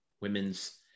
women's